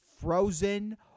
frozen